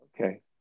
Okay